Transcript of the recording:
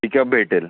pickup भेटेल